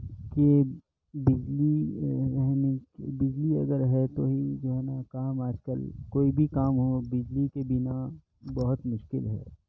کہ بجلی بجلی اگر ہے تو ہی جو ہے نا کام آج کل کوئی بھی کام ہو بجلی کے بنا بہت مشکل ہے